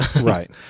right